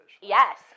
Yes